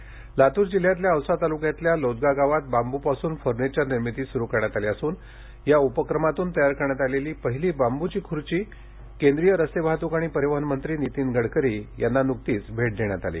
बांबू पासून वस्तु लातूर जिल्ह्यातल्या औसा तालुक्यातल्या लोदगा गावात बांबूपासून फर्निचर निर्मिती सुरू करण्यात आली असून या उपक्रमातून तयार करण्यात आलेली पहिली बांबूची खूर्ची न्कतीच केंद्रीय रस्ते वाहतूक आणि परिवहन मंत्री नितीन गडकरी यांना भेट देण्यात आली